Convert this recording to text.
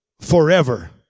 forever